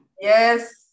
Yes